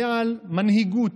על מנהיגות,